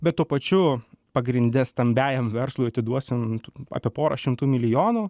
bet tuo pačiu pagrinde stambiajam verslui atiduosim apie porą šimtų milijonų